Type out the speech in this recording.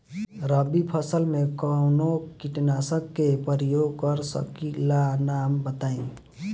रबी फसल में कवनो कीटनाशक के परयोग कर सकी ला नाम बताईं?